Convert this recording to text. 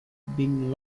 being